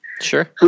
sure